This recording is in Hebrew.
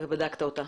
ובדק אותה.